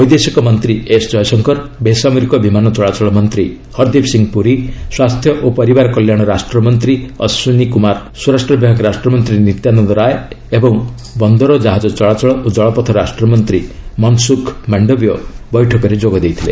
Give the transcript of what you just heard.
ବୈଦେଶିକ ମନ୍ତ୍ରୀ ଏସ୍ ଜୟଶଙ୍କର ବେସାମରିକ ବିମାନ ଚଳାଚଳ ମନ୍ତ୍ରୀ ହରଦୀପ ସିଂହ ପୁରୀ ସ୍ୱାସ୍ଥ୍ୟ ଓ ପରିବାର କଲ୍ୟାଣ ରାଷ୍ଟ୍ରମନ୍ତ୍ରୀ ଅଶ୍ୱିନୀ କୁମାର ସ୍ୱରାଷ୍ଟ୍ର ବିଭାଗ ରାଷ୍ଟମନ୍ତ୍ରୀ ନିତ୍ୟାନନ୍ଦ ରାୟ ଏବଂ ବନ୍ଦର ଜାହାଜ ଚଳାଚଳ ଓ ଜଳପଥ ରାଷ୍ଟ୍ରମନ୍ତ୍ରୀ ମନସୁଖ୍ ମାଣ୍ଡବିୟ ବୈଠକରେ ଯୋଗ ଦେଇଥିଲେ